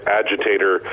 agitator